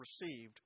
received